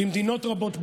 במדינות רבות בעולם.